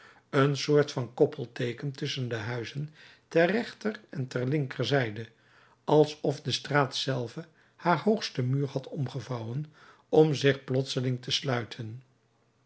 een soort van koppelteeken tusschen de huizen ter rechter en ter linkerzijde alsof de straat zelve haar hoogsten muur had omgevouwen om zich plotseling te sluiten